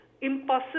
impossible